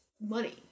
money